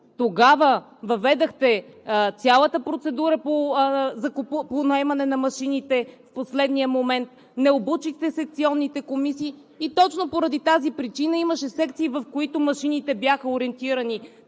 Тогава въведохте цялата процедура по наемането на машини в последния момент, не обучихте секционните комисии и точно поради тази причина имаше секции, в които машините бяха ориентирани